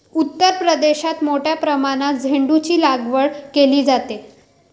उत्तर प्रदेशात मोठ्या प्रमाणात झेंडूचीलागवड केली जाते